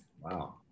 Wow